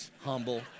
humble